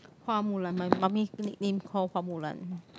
Hua-Mulan my mummy's nickname call Hua-Mulan